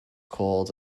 called